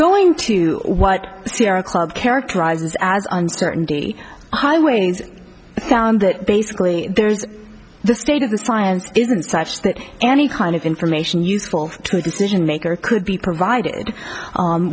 going to what sierra club characterizes as uncertainty highways found that basically there's the state of the science isn't such that any kind of information useful to decision maker could be provided